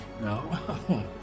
No